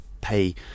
pay